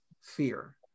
fear